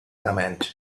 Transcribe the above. command